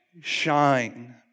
shine